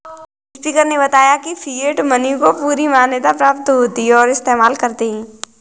speaker ने बताया की फिएट मनी को पूरी मान्यता प्राप्त होती है और इस्तेमाल करते है